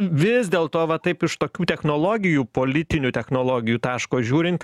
vis dėl to va taip iš tokių technologijų politinių technologijų taško žiūrint